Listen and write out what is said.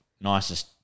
Nicest